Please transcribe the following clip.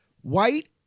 white